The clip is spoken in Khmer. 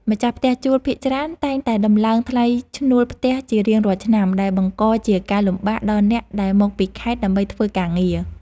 ម្ចាស់ផ្ទះជួលភាគច្រើនតែងតែដំឡើងថ្លៃឈ្នួលផ្ទះជារៀងរាល់ឆ្នាំដែលបង្កជាការលំបាកដល់អ្នកដែលមកពីខេត្តដើម្បីធ្វើការងារ។